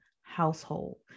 household